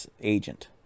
agent